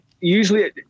usually